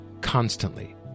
constantly